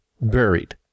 buried